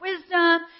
wisdom